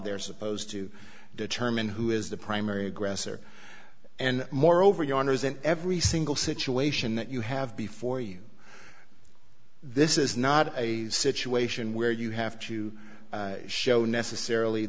they're supposed to determine who is the primary aggressor and moreover yawners in every single situation that you have before you this is not a situation where you have to show necessarily